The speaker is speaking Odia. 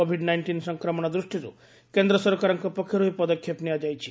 କୋଭିଡ ନାଇଷ୍ଟିନ୍ ସଂକ୍ରମଣ ଦୃଷ୍ଟିରୁ କେନ୍ଦ୍ର ସରକାରଙ୍କ ପକ୍ଷରୁ ଏହି ପଦକ୍ଷେପ ନିଆଯାଇଛି